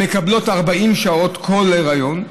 המקבלות 40 שעות כל היריון,